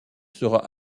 sera